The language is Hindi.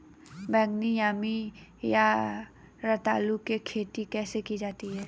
बैगनी यामी या रतालू की खेती कैसे की जाती है?